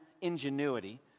ingenuity